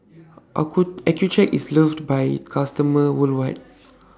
Accucheck IS loved By customers worldwide